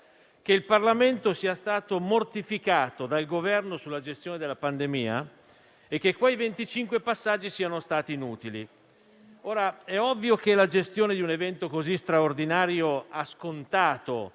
che il Parlamento sia stato mortificato dal Governo sulla gestione della pandemia e che quei 25 passaggi siano stati inutili. È ovvio che la gestione di un evento così straordinario ha scontato